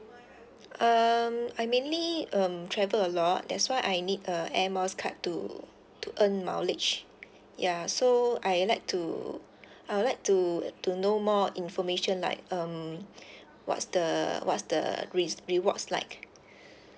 um I mainly um travel a lot that's why I need a air miles card to to earn mileage ya so I'd like to I would like to to know more information like um what's the what's the re~ rewards like